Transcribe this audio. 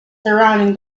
surrounding